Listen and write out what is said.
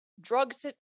drugs